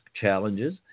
challenges